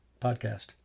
podcast